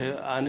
גם